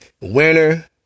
Winner